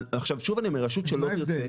עכשיו שוב אני אומר רשות שלא תרצה,